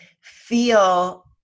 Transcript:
feel